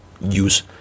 use